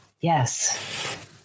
Yes